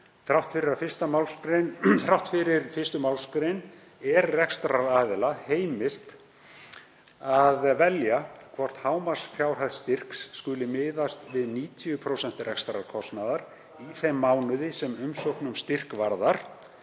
„Þrátt fyrir 1. mgr. er rekstraraðila heimilt að velja hvort hámarksfjárhæð styrks skuli miðast við 90% rekstrarkostnaðar í þeim mánuði sem umsókn um styrk varðar